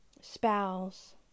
spouse